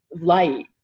light